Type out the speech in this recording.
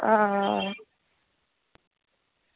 हां